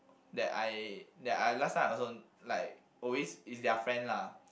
that I that I last time also like always is their friend lah